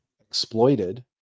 exploited